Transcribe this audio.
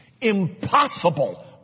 impossible